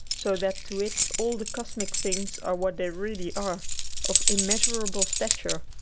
so that to it all the cosmic things are what they really are a of immeasurable stature.